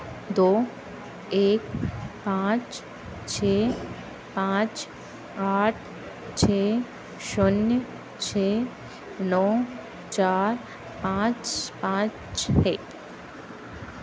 दो एक पाँच छः पाँच आठ छः शून्य छे नौ चार पाँच पाँच छः